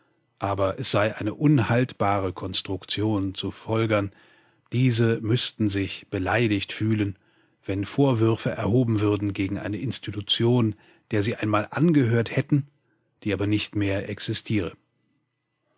aber es sei eine unhaltbare konstruktion zu folgern diese müßten sich beleidigt fühlen wenn vorwürfe erhoben würden gegen eine institution der sie einmal angehört hätten die aber nicht mehr existiere